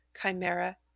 chimera